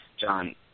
John